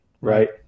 right